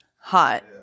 hot